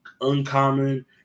uncommon